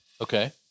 Okay